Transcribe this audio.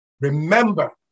remember